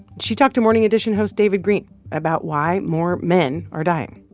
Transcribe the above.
she talked to morning edition host david greene about why more men are dying